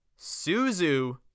Suzu